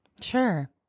Sure